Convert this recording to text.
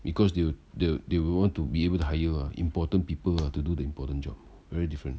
because they will they will want to be able to hire uh important people uh to do the important job very different